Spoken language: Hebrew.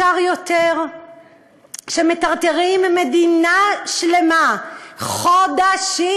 כשמטרטרים מדינה שלמה חודשים,